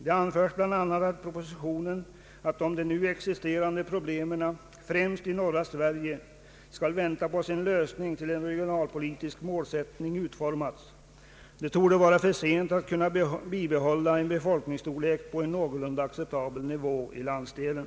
Det sägs bl.a. i propositionen att om de nu existerande problemen, främst i norra Sverige, skall vänta på sin lösning tills en regionalpolitisk målsättning utformats torde det vara för sent att kunna bibehålla en befolkningsstorlek på någoriunda acceptabel nivå i landsdelen.